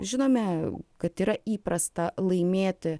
žinome kad yra įprasta laimėti